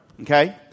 Okay